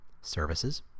Services